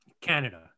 Canada